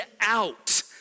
out